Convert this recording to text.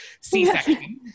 C-section